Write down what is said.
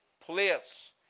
place